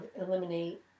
eliminate